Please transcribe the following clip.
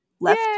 left